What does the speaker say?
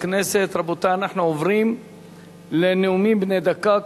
הכנסת מסעוד גנאים וג'מאל זחאלקה.